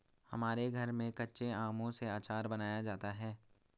हमारे घर में कच्चे आमों से आचार बनाया जाता है